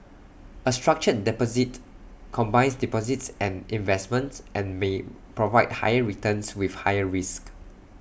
A structured deposit combines deposits and investments and may provide higher returns with higher risks